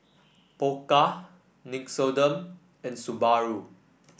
Pokka Nixoderm and Subaru